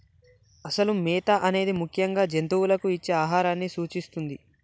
అసలు మేత అనేది ముఖ్యంగా జంతువులకు ఇచ్చే ఆహారాన్ని సూచిస్తుంది